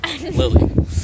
Lily